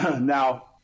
Now